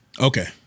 Okay